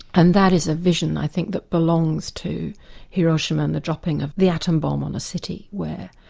and that is a vision i think that belongs to hiroshima, and the dropping of the atom bomb on a city where,